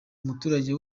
umuturage